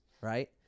right